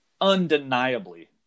undeniably